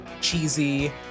cheesy